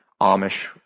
Amish